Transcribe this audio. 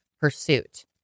Pursuit